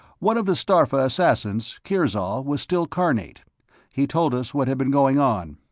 one of the starpha assassins, kirzol, was still carnate he told us what had been going on.